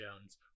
Jones